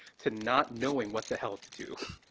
to not knowing what the hell to do.